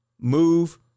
Move